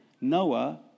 Noah